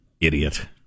Idiot